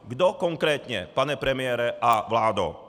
Kdo konkrétně, pane premiére a vládo?